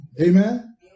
Amen